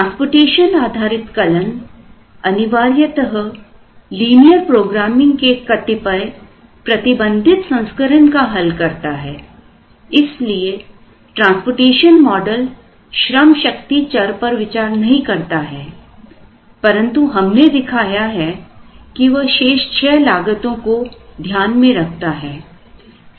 transportation आधारित कलन अनिवार्यत लीनियर प्रोग्रामिंग के कतिपय प्रतिबंधित संस्करण का हल करता हैइसलिए ट्रांसपोर्टेशन मॉडल श्रमशक्ति चर पर विचार नहीं करता है परंतु हमने दिखाया है कि वह शेष छलागतों को ध्यान में रखता है